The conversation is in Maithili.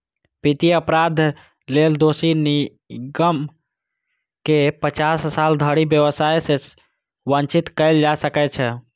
वित्तीय अपराध लेल दोषी निगम कें पचास साल धरि व्यवसाय सं वंचित कैल जा सकै छै